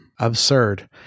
Absurd